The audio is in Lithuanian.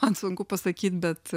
man sunku pasakyt bet